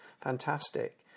fantastic